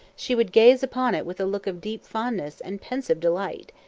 she would gaze upon it with a look of deep fondness and pensive delight.